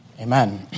Amen